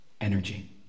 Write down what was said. energy